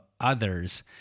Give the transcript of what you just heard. others